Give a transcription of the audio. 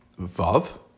Vav